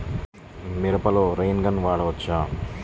మిరపలో rain gun వాడవచ్చా?